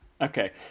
Okay